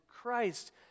Christ